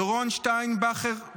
דורון שטיינברכר,